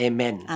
Amen